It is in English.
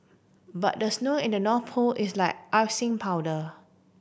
but the snow in the North Pole is like icing powder